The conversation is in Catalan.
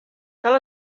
cal